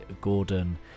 Gordon